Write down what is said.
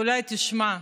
ואולי תשמע,